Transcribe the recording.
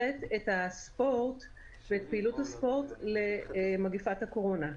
את הספורט ואת פעילות הספורט למגפת הקורונה.